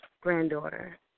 granddaughter